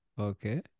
Okay